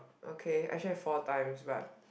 okay actually four times but